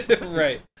right